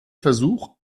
versuch